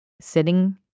sitting